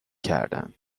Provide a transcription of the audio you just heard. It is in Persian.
کردن